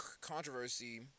controversy